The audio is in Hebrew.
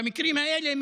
במקרים האלה,